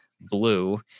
blue